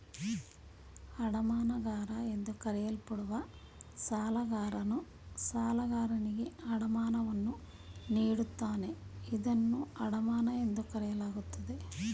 ಅಡಮಾನಗಾರ ಎಂದು ಕರೆಯಲ್ಪಡುವ ಸಾಲಗಾರನು ಸಾಲಗಾರನಿಗೆ ಅಡಮಾನವನ್ನು ನೀಡುತ್ತಾನೆ ಇದನ್ನ ಅಡಮಾನ ಎಂದು ಕರೆಯಲಾಗುತ್ತೆ